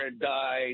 died